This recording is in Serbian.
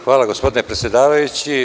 Hvala gospodine predsedavajući.